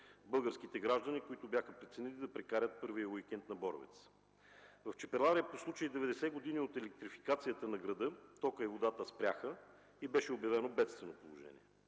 българските граждани, които бяха преценили да прекарат първия уикенд на Боровец. В Чепеларе по случай 90 години от електрификацията на града токът и водата спряха и беше обявено бедствено положение.